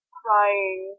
crying